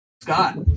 Scott